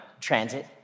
transit